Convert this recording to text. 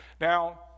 Now